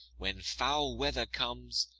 when foul weather comes,